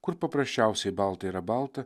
kur paprasčiausiai balta yra balta